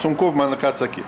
sunku man ką atsakyt